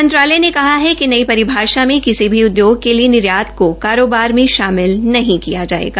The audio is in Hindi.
मंत्रालय ने कहा कि नई परिभाषा मे किसी भी उदयोग के लिए निर्यात को कारोबार में शामिल नहीं किया जायेगा